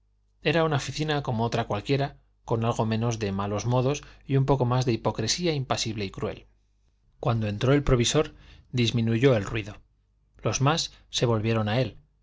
era una oficina como otra cualquiera con algo menos de malos modos y un poco más de hipocresía impasible y cruel cuando entró el provisor disminuyó el ruido los más se volvieron a él